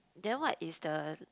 then what is the